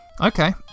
Okay